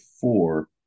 four